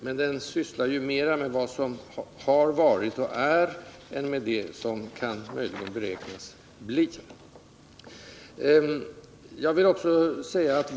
men den sysslar mera med vad som har varit och vad som är än med hur det möjligen kan beräknas bli i framtiden.